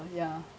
ya